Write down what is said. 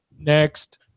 Next